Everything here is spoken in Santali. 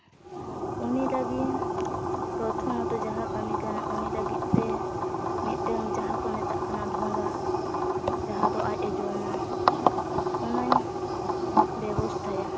ᱩᱱᱤ ᱞᱟᱹᱜᱤᱱ ᱯᱨᱚᱛᱷᱚᱢᱚᱛᱚ ᱡᱟᱦᱟᱸ ᱠᱟᱹᱢᱤ ᱠᱟᱱᱟ ᱩᱱᱤ ᱞᱟᱹᱜᱤᱱ ᱛᱮ ᱢᱤᱫᱴᱮᱱ ᱡᱟᱦᱟᱸ ᱠᱚ ᱢᱮᱛᱟᱜ ᱠᱟᱱᱟ ᱰᱷᱚᱸᱜᱟ ᱡᱟᱦᱟᱸ ᱫᱚ ᱟᱡᱼᱮ ᱡᱚᱢᱟ ᱚᱱᱟᱧ ᱵᱮᱵᱚᱥᱛᱷᱟᱭᱟ